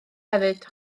hefyd